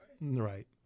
Right